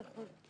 נכון.